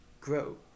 grow